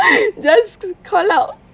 just call out